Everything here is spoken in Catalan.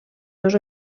dos